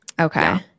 okay